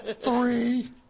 Three